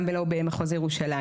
גם לא במחוז ירושלים.